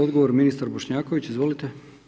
Odgovor, ministar Bošnjaković, izvolite.